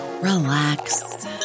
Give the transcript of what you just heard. relax